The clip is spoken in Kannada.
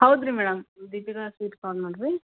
ಹೌದು ರೀ ಮೇಡಮ್ ದೀಪಿಕಾ ಸ್ವೀಟ್ ಕಾರ್ನರ್ ರೀ